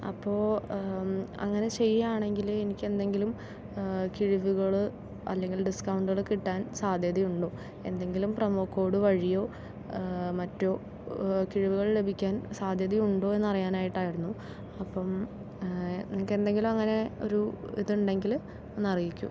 അപ്പോൾ അങ്ങനെ ചെയ്യാണെങ്കില് എനിക്കെന്തെങ്കിലും കിഴിവുകള് അല്ലെങ്കില് ഡിസ്കൗണ്ടുകള് കിട്ടാൻ സാധ്യതയുണ്ടോ എന്തെങ്കിലും പ്രൊമോ കോഡ് വഴിയോ മറ്റോ കിഴിവുകൾ ലഭിക്കാൻ സാധ്യതയുണ്ടോന്ന് അറിയാനായിട്ടായിരുന്നു അപ്പം നിങ്ങൾക്കെന്തെങ്കിലും അങ്ങനെ ഒരു ഇതുണ്ടെങ്കില് ഒന്ന് അറിയിക്കൂ